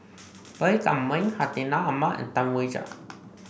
Baey Yam Keng Hartinah Ahmad and Tam Wai Jia